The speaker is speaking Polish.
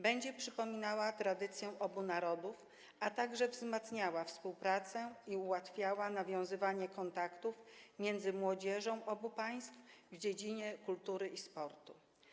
Będzie przypominała tradycje obu narodów, a także wzmacniała współpracę i ułatwiała nawiązywanie kontaktów między młodzieżą obu państw w dziedzinie kultury i sportu.